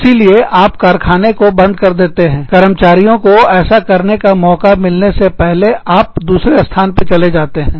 इसीलिए आप कारखाने बंद कर देते हैं कर्मचारियों को ऐसा करने का मौका मिलने से पहले और आप दूसरे स्थान पर चले जाते हैं